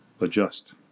adjust